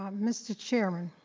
um mr. chairman.